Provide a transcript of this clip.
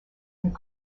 and